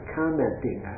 commenting